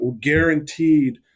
guaranteed